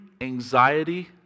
anxiety